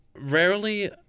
Rarely